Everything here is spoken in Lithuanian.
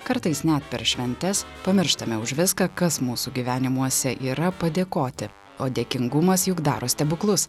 kartais net per šventes pamirštame už viską kas mūsų gyvenimuose yra padėkoti o dėkingumas juk daro stebuklus